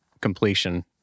completion